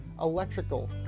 electrical